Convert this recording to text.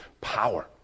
power